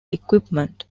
equipment